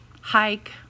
hike